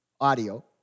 audio